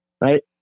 right